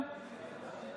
אינו